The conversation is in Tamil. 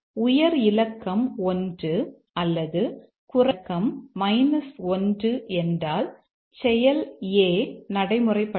உயர் இலக்கம் 1 அல்லது குறைந்த இலக்கம் 1 என்றால் செயல் A நடைமுறைப்படுத்தப்படும்